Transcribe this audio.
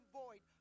void